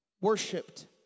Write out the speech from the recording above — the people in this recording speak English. worshipped